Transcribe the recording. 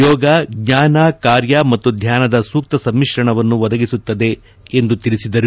ಯೋಗ ಜ್ವಾನ ಕಾರ್ಯ ಮತ್ತು ಧ್ವಾನದ ಸೂಕ್ತ ಸಮಿಶ್ರಣವನ್ನು ಒದಗಿಸುತ್ತದೆ ಎಂದು ತಿಳಿಸಿದರು